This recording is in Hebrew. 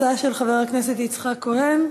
מס' 2162, הצעה של חבר הכנסת יצחק כהן.